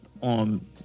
on